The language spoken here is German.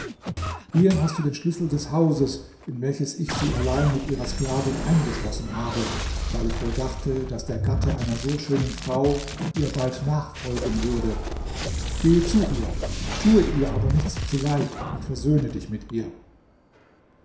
hier hast du den schlüssel des hauses in welches ich sie allein mit ihrer sklavin eingeschlossen habe weil ich wohl dachte daß der gatte einer so schönen frau ihr bald nachfolgen würde gehe zu ihr tue ihr aber nichts zuleid und versöhne dich mit ihr